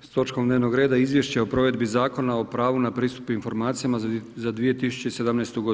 s točkom dnevnog reda: - Izvješće o provedbi Zakona o pravu na pristup informacijama za 2017. godinu.